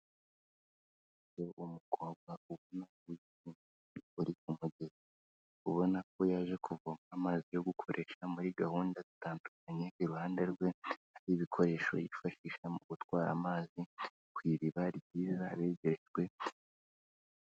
Iyo uwo mukobwa ubona ko yaje kuvoma amazi yo gukoresha muri gahunda zitandukanye, iruhande rwe hari ibikoresho yifashisha mu gutwara amazi, ku iriba ryiza begerejwe.